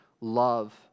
love